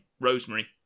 Rosemary